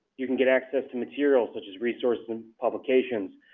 you can get access to materials such as resources and publications.